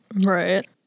Right